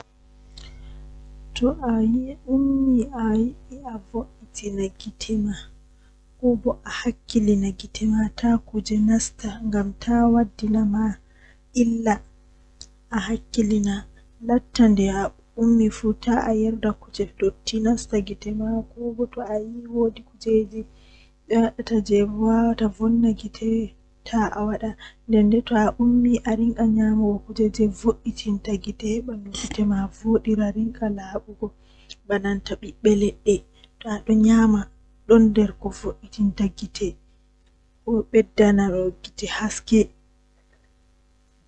Haa dow nyamdu tan asaweere haa wuro amin goddo wawan mbarugo dubu noogas dubu nogas ndei nay nde nay bo nangan dubu cappan e jweetati.